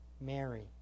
Mary